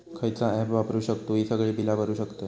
खयचा ऍप वापरू शकतू ही सगळी बीला भरु शकतय?